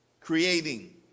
creating